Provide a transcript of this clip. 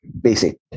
basic